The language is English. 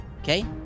Okay